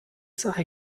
sache